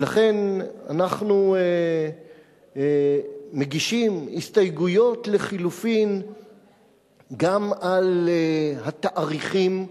ולכן אנחנו מגישים הסתייגויות לחלופין גם על התאריכים,